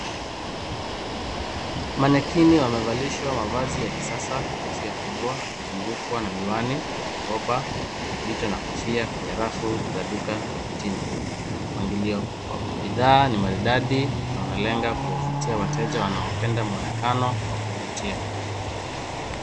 Manekini wamevalishwa mavazi ya kisasa na kufia kubwa, akizungukwa na miwani, mikoba, vito na kufia, kunyarafu, zaduka, lamitindo. Pangilio wapitha ni maridadi na unalenga kuavutia wateja wanaopenda muanekano wakuvutia.